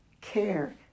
care